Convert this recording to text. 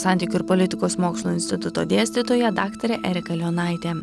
santykių politikos mokslų instituto dėstytoja daktarė erika leonaitė